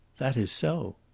that is so.